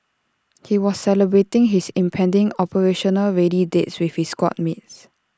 he was celebrating his impending operationally ready date with his squad mates